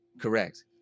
correct